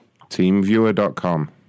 TeamViewer.com